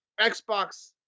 Xbox